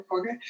Okay